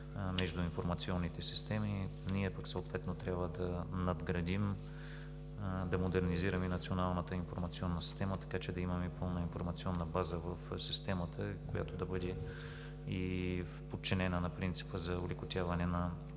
между информационните системи. Ние пък съответно трябва да надградим, да модернизираме националната информационна система, така че да имаме пълна информационна база в системата, която да бъде и подчинена на принципа за олекотяване на